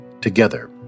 Together